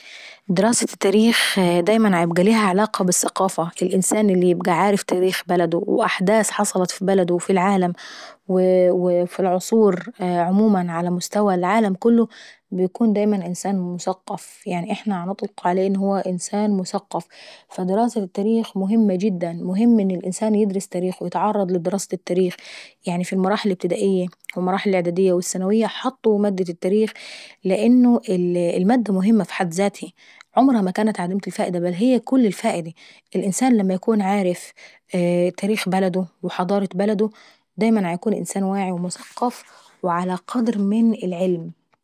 دراسة التاريخ دايما بيبقى ليها علاقة بالثقافة. الانسان بيبقى عارف تاريخ بلده واحداث حصلت في بلده وفي العالم والعصور عموما على مستوى العالم كله وبيكون دايما انسان مثقف. يعني احنا بنطلقوا عليه انسان مثقف. فدراسة التاريخ مهمة جدا، مهم ان الانسان يدرس تاريخ ويتعرض لدراسة التاريخ. يعني في المراحل الابتدائية والاعدادية والثانوية حطوا مادة التاريخ لأنه المادة مهمة في حد ذاتها. عمرها ما كانت عديمة الفائدة، الانسان لما يكون عارف تاريخ بلده وحضارة بلده دايما بيكون انسان واعي ومثقف وعلى قدر من العلم.